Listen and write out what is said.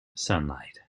sunlight